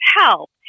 help